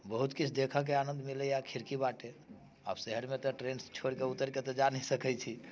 बहुत किछु देखऽके आनंद मिलैया खिड़की बाटे आब शहरमे तऽ ट्रेन छोड़िके तऽ उतरिके जा नहि सकैत छी